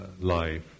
life